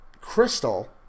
Crystal